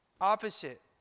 Opposite